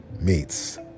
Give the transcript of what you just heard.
meets